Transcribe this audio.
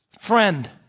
Friend